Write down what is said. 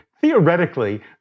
theoretically